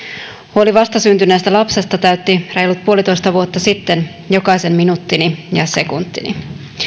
huoli vastasyntyneestä lapsesta täytti reilut puolitoista vuotta sitten jokaisen minuuttini ja sekuntini